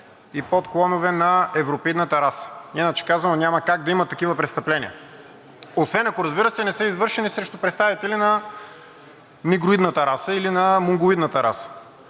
и подклонове на европеидната раса. Иначе казано, няма как да има такива престъпления, освен ако, разбира се, не са извършени срещу представители на негроидната раса или на монголоидната раса.